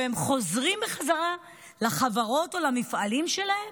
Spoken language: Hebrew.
והם חוזרים בחזרה לחברות או למפעלים שלהם,